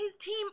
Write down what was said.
team